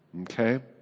Okay